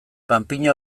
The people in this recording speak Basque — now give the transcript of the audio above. panpina